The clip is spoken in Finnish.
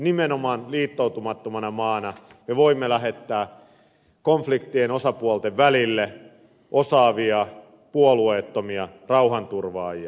nimenomaan liittoutumattomana maana me voimme lähettää konfliktien osapuolten välille osaavia puolueettomia rauhanturvaajia